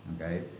okay